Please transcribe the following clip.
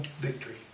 victory